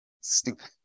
Stupid